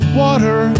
water